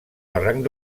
barranc